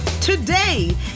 Today